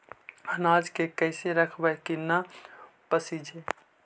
अनाज के कैसे रखबै कि न पसिजै?